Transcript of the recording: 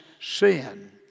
sin